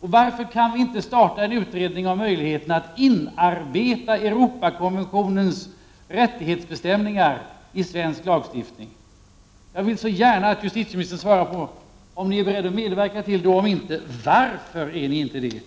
Varför kan vi inte tillsätta en utredning om möjligheterna att inarbeta Europakonventionens rättighetsbestämningar i svensk lagstiftning? Är justitieministern beredd att medverka till det? Om så inte är fallet, varför är ni inte det?